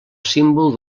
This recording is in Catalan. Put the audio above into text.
símbol